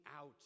out